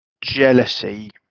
jealousy